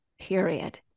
period